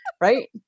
right